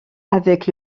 avec